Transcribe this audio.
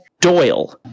Doyle